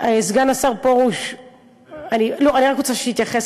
סגן השר פרוש -- שומע ----- אני רק רוצה שתתייחס,